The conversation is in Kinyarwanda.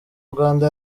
rwanda